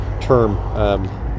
term